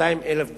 200,000 דונם,